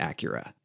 Acura